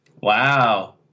Wow